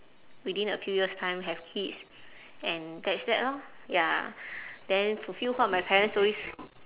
within a few years time have kids and that's that lor ya then fulfill what my parents always